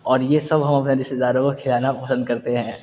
اور یہ سب ہم اپنے رشتے داروں کو کھلانا پسند کرتے ہیں